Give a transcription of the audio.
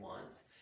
wants